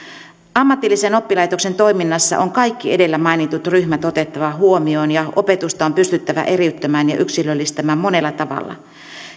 ammatillisen oppilaitoksen toiminnassa on kaikki edellä mainitut ryhmät otettava huomioon ja opetusta on pystyttävä eriyttämään ja yksilöllistämään monella tavalla